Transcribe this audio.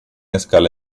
escala